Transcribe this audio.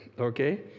okay